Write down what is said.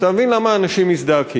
אתה מבין למה אנשים מזדעקים.